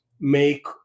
make